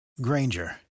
Granger